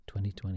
2020